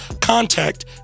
contact